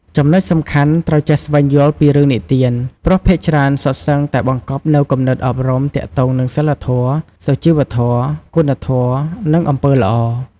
ចំណុចសំខាន់ ត្រូវចេះស្វែងយល់ពីរឿងនិទាន ព្រោះភាគច្រើនសុទ្ធសឹងតែបង្កប់នូវគំនិតអប់រំទាក់ទងនឹង សីលធម៌ សុជីវធម៌ គុណធម៌ និងអំពើល្អ។